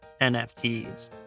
NFTs